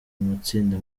matsinda